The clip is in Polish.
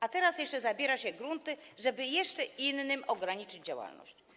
A teraz jeszcze zabiera się grunty, żeby jeszcze innym ograniczyć działalność.